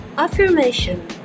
Affirmation